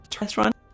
restaurant